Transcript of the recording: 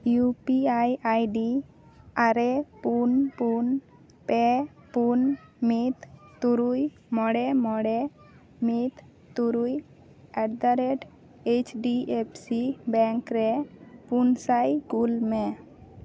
U P I ID ᱟᱨᱮ ᱯᱩᱱ ᱯᱩᱱ ᱯᱮ ᱯᱩᱱ ᱢᱤᱫ ᱛᱩᱨᱩᱭ ᱢᱚᱬᱮ ᱢᱚᱬᱮ ᱢᱤᱫ ᱛᱩᱨᱩᱭ at the rate H D F C bank ᱨᱮ ᱯᱩᱱᱥᱟᱭ ᱠᱩᱞᱢᱮ